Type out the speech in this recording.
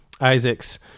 Isaac's